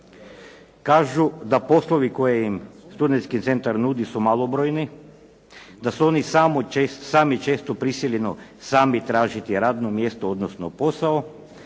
Kažu da poslovi koje im studentski centar nudi su malobrojni, da su oni samo, sami često prisiljeno sami tražiti radno mjesto odnosno posao